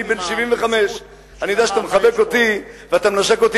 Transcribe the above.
אני בן 75. אני יודע שאתה מחבק אותי ואתה מנשק אותי,